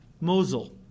Mosul